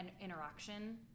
interaction